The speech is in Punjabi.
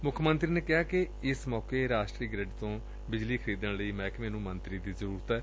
ਮੁੱਖ ਮੰਤਰੀ ਨੇ ਕਿਹਾ ਕਿ ਏਸ ਮੌਕੇ ਰਾਸ਼ਟਰੀ ਗਰਿੱਡ ਤੋਂ ਬਿਜਲੀ ਖਰੀਦਣ ਲਈ ਮਹਿਕਮੇ ਨੁੰ ਮੰਤਰੀ ਦੀ ਜ਼ਰੁਰਤ ਸੀ